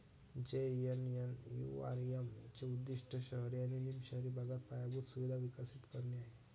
JNNURM चे उद्दीष्ट शहरी आणि निम शहरी भागात पायाभूत सुविधा विकसित करणे आहे